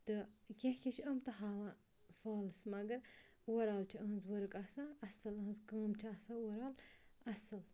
تہٕ کینٛہہ کینٛہہ چھِ یِم تہٕ ہاوان فالٕس مگر اُوَرآل چھِ أہنٛز ؤرٕک آسان اَصٕل أہنٛز کٲم چھِ آسان اُوَرآل اَصٕل